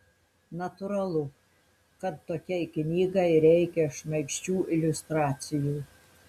natūralu kad tokiai knygai reikia šmaikščių iliustracijų